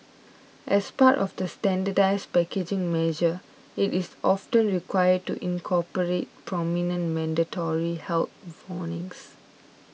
as part of the standardised packaging measure it is often required to incorporate prominent mandatory health warnings